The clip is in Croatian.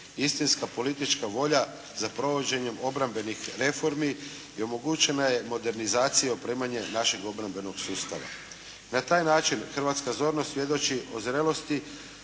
istinska politička volja za provođenjem obrambenih reformi i omogućena je modernizacija i opremanje našeg obrambenog sustava. Na taj način Hrvatska zorno svjedoči o zrelosti